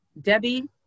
Debbie